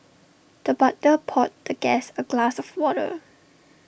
the butler poured the guest A glass of water